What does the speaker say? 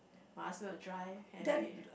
my husband will drive and we